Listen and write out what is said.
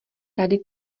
tady